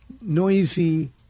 noisy